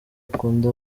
ukunde